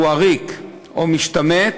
והוא עריק או משתמט.